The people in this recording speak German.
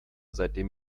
seitdem